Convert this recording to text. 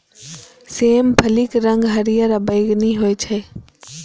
सेम फलीक रंग हरियर आ बैंगनी होइ छै